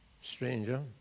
stranger